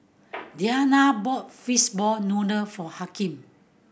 Dianna bought fishball noodle for Hakim